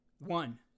One